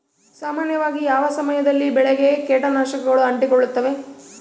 ಸಾಮಾನ್ಯವಾಗಿ ಯಾವ ಸಮಯದಲ್ಲಿ ಬೆಳೆಗೆ ಕೇಟನಾಶಕಗಳು ಅಂಟಿಕೊಳ್ಳುತ್ತವೆ?